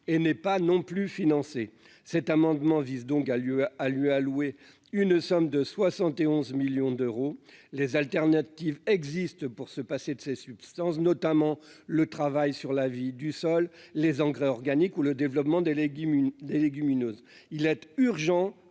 et n'est pas non plus financer cet amendement vise donc à lieu à lui alloué une somme de 71 millions d'euros les alternatives existent pour se passer de ces substances, notamment le travail sur la vie du sol, les engrais organique ou le développement des légumes, une des